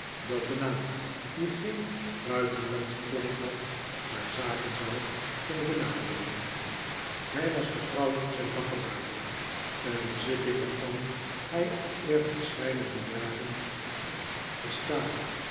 dat een naam die geen buitenjandschen klank had haar zaken zou kunnen benadeelen hij was getrouwd op zijn bakkebaarden een bezitting waarvan hij al eerder verscheidene jaren had bestaan